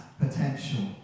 potential